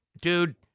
Dude